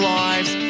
lives